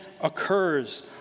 occurs